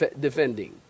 defending